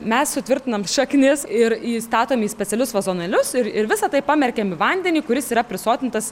mes sutvirtinam šaknis ir įstatom į specialius vazonėlius ir ir visa tai pamerkiam į vandenį kuris yra prisotintas